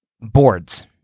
boards